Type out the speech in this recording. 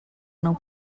não